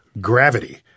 gravity